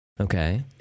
okay